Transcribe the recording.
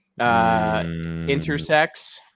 intersex